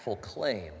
claim